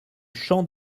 champ